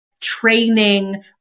training